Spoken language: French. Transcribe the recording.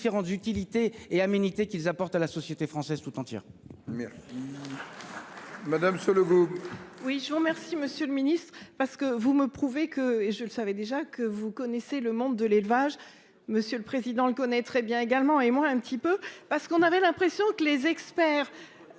différentes utilité et aménité qu'ils apportent à la société française toute entière.